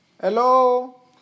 Hello